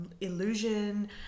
illusion